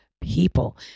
people